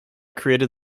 created